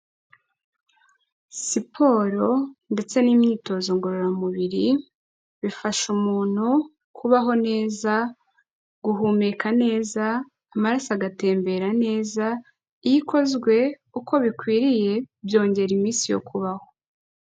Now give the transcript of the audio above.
Siporo ndetse n'imyitozo ngororamubiri bifasha umuntu kubaho neza, guhumeka neza, amaraso agatembera neza, iyo ikozwe uko bikwiriye byongera iminsi yo kubaho.